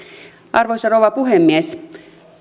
arvoisa rouva puhemies